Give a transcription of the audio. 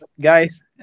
guys